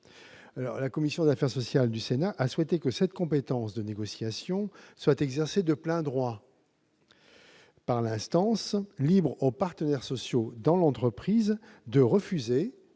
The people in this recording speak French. La commission a souhaité que cette compétence de négociation soit exercée de plein droit par l'instance ; libres aux partenaires sociaux dans l'entreprise de refuser